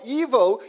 evil